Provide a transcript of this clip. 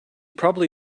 probably